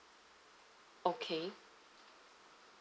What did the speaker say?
okay